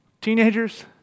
teenagers